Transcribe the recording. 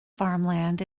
farmland